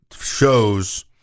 shows